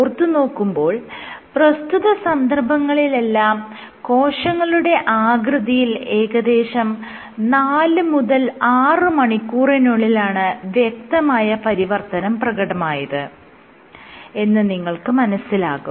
ഓർത്തുനോക്കുമ്പോൾ പ്രസ്തുത സന്ദർഭങ്ങളിലെല്ലാം കോശങ്ങളുടെ ആകൃതിയിൽ ഏകദേശം 4 മുതൽ 6 മണിക്കൂറിനുള്ളിലാണ് വ്യക്തമായ പരിവർത്തനം പ്രകടമായത് എന്ന് നിങ്ങൾക്ക് മനസ്സിലാകും